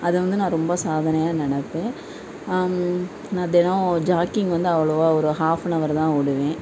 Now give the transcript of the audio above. அது வந்து நான் ரொம்ப சாதனையாக நினப்பேன் நான் தினம் ஜாக்கிங் வந்து அவ்வளோவா ஒரு ஹாஃப்பனவர் தான் ஓடுவேன்